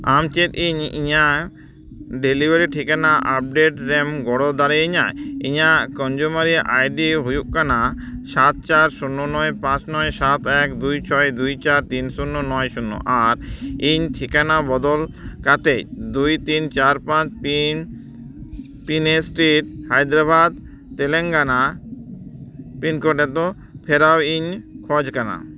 ᱟᱢ ᱪᱮᱫ ᱤᱧ ᱤᱧᱟᱹᱜ ᱰᱮᱞᱤᱵᱷᱟᱨᱤ ᱴᱷᱤᱠᱟᱹᱱᱟ ᱟᱯᱰᱮᱴ ᱨᱮᱢ ᱜᱚᱲᱚ ᱫᱟᱲᱮᱭᱟᱹᱧᱟᱹ ᱤᱧᱟᱹᱜ ᱠᱚᱱᱡᱩᱢᱟᱨ ᱟᱭ ᱰᱤ ᱦᱩᱭᱩᱜ ᱠᱟᱱᱟ ᱥᱟᱛ ᱪᱟᱨ ᱥᱩᱱᱱᱚ ᱱᱚᱭ ᱯᱟᱸᱪ ᱱᱚᱭ ᱥᱟᱛ ᱮᱠ ᱫᱩᱭ ᱪᱷᱚᱭ ᱫᱩᱭ ᱪᱟᱨ ᱛᱤᱱ ᱥᱩᱱᱱᱚ ᱱᱚᱭ ᱥᱩᱱᱱᱚ ᱟᱨ ᱤᱧ ᱴᱷᱤᱠᱟᱹᱱᱟ ᱵᱚᱫᱚᱞ ᱠᱟᱛᱮᱫ ᱫᱩᱭ ᱛᱤᱱ ᱪᱟᱨ ᱯᱟᱸᱪ ᱛᱤᱱ pin street Hyderabad Telangana pin code ᱨᱮᱫᱚ ᱯᱷᱮᱨᱟᱣ ᱤᱧ ᱠᱷᱚᱡᱽ ᱠᱟᱱᱟ